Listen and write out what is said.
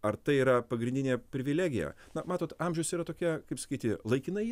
ar tai yra pagrindinė privilegija na matot amžius yra tokia kaip sakyti laikinai